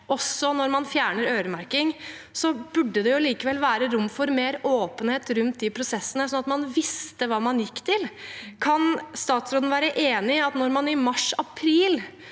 også når man fjerner øremerking, burde det likevel være rom for mer åpenhet rundt de prosessene, slik at man vet hva man går til. Kan statsråden være enig i at når man i mars/april